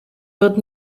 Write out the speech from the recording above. wird